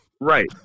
Right